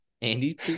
Andy